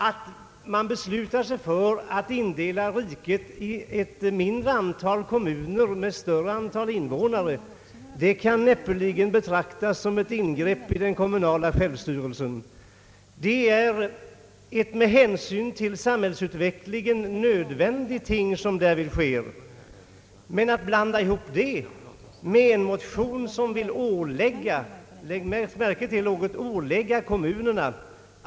Ett beslut om att indela riket i ett mindre antal kommuner, med ett större antal invånare, kan näppeligen betraktas som ett ingrepp i självstyrelsen, utan det är något som är nödvändigt med hänsyn till samhällsutvecklingen. Det går inte att blanda ihop en sådan reform med förslaget att ålägga kommunerna —: lägg märke till ordet ålägga!